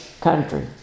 country